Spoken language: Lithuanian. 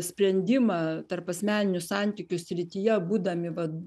sprendimą tarpasmeninių santykių srityje būdami va